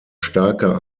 starker